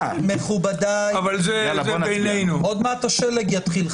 מכובדיי, עוד מעט השלג יתחיל.